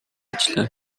ажлаа